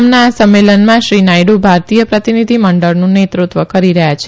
તેમના આ સંમેલનમાં શ્રી નાથડુ ભારતીય પ્રતિનિધિ મં ળનું નેતૃત્વ કરી રહ્યાં છે